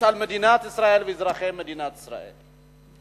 על מדינת ישראל ואזרחי מדינת ישראל.